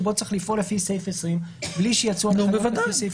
שבו צריך לפעול לפי סעיף 20 בלי שיצאו הנחיות על פי סעיף